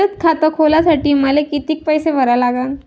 बचत खात खोलासाठी मले किती पैसे भरा लागन?